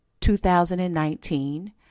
2019